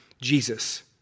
Jesus